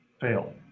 fail